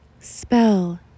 Spell